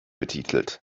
betitelt